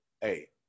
hey